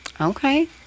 Okay